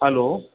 hello